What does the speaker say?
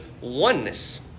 oneness